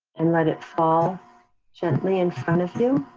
and let it fall gently in front of you.